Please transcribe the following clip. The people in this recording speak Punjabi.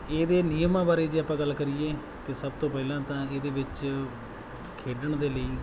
ਇਹਦੇ ਨਿਯਮਾਂ ਬਾਰੇ ਜੇ ਆਪਾਂ ਗੱਲ ਕਰੀਏ ਤਾਂ ਸਭ ਤੋਂ ਪਹਿਲਾਂ ਤਾਂ ਇਹਦੇ ਵਿੱਚ ਖੇਡਣ ਦੇ ਲਈ